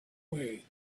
way